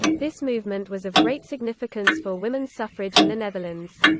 this movement was of great significance for women's suffrage in the netherlands.